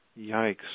Yikes